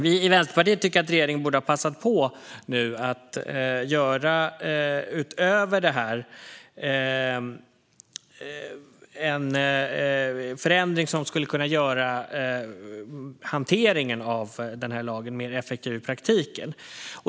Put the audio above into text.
Vi i Vänsterpartiet tycker att regeringen nu borde ha passat på att utöver detta göra en förändring som skulle kunna göra hanteringen av den här lagen mer effektiv i praktiken.